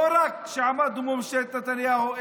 לא רק שעמדנו מול ממשלת נתניהו,